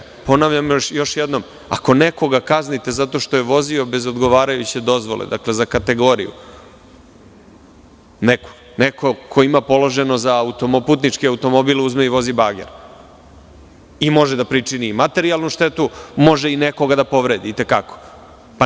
Još jednom ponavljam, ako nekoga kaznite zato što je vozio bez odgovarajuće dozvole, dakle, za kategoriju neku, neko ko ima položen za putnički automobil, uzme i vozi bager i može da pričini i materijalnu štetu, a može nekoga da i te kako povredi.